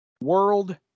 world